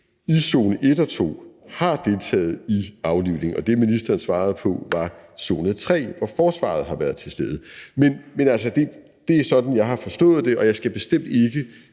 i zone 1 og 2 har deltaget i aflivning, og det, ministeren svarede på, var om zone 3, hvor forsvaret har været til stede. Det er sådan, jeg har forstået det, og jeg skal bestemt ikke